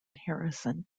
harrison